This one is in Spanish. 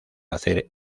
hacer